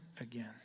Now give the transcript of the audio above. again